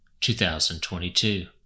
2022